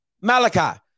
Malachi